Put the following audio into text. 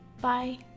Bye